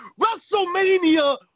WrestleMania